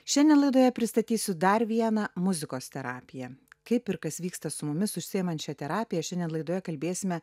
šiandien laidoje pristatysiu dar vieną muzikos terapiją kaip ir kas vyksta su mumis užsiimančia terapija šiandien laidoje kalbėsime